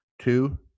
Two